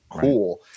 Cool